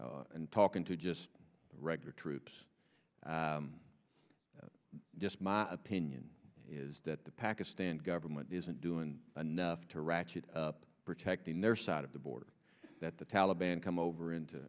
and talking to just regular troops just my opinion is that the pakistan government isn't doing enough to ratchet up protecting their side of the border that the taliban come over into